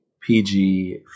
PG